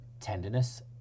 Tenderness